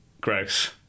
gross